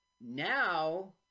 now